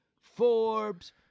Forbes